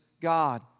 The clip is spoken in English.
God